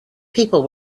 people